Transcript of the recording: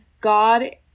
God